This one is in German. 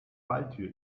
falltür